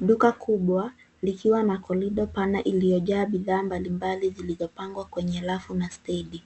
Duka kubwa, likiwa na korido pana iliyojaa bidhaa mbalimbali zilizopangwa kwenye rafu na stendi.